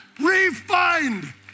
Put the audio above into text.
refined